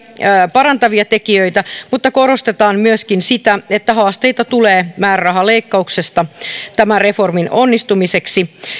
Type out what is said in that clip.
parantavia tekijöitä mutta korostetaan myöskin sitä että määrärahaleikkauksesta tulee haasteita tämän reformin onnistumiselle